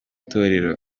torero